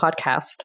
podcast